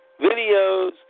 videos